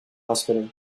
hospital